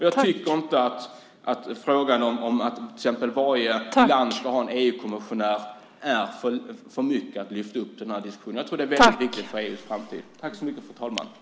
Jag tycker till exempel inte att frågan om att varje land ska ha en EU-kommissionär är för mycket att lyfta fram i diskussionen. Jag tror att det är väldigt viktigt för EU:s framtid.